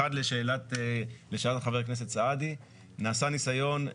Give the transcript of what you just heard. לשאלת חבר הכנסת סעדי, נעשה ניסיון.